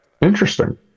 Interesting